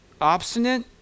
obstinate